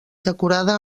decorada